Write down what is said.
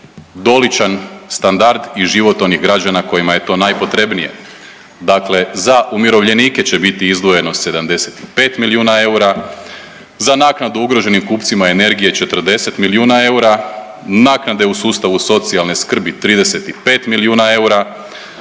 doličan standard i život onih građana kojima je to najpotrebnije, dakle za umirovljenike će biti izdvojeno 75 milijuna eura, za naknadu ugroženim kupcima energije 40 milijuna eura, naknade u sustavu socijalne skrbi 35 milijuna eura,